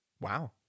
Wow